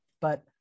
But-